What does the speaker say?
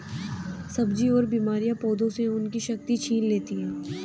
सब्जी की बीमारियां पौधों से उनकी शक्ति छीन लेती हैं